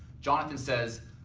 jonathan says,